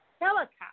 helicopter